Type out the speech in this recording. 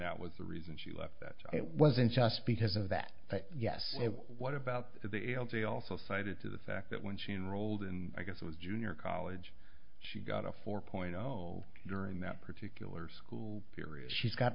that was the reason she left it wasn't just because of that but yes what about the l t also cited to the fact that when she enrolled in i guess it was junior college she got a four point zero during that particular school period she's got